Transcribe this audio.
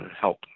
help